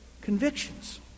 convictions